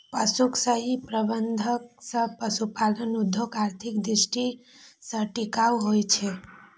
पशुक सही प्रबंधन सं पशुपालन उद्योग आर्थिक दृष्टि सं टिकाऊ होइ छै